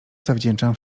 zawdzięczam